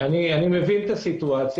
אני מבין את המצב,